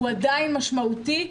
הוא עדיין משמעותי.